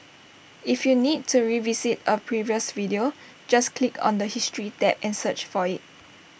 if you need to revisit A previous video just click on the history tab and search for IT